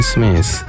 Smith